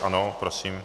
Ano, prosím.